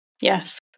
Yes